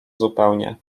zupełnie